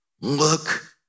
look